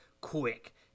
quick